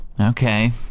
Okay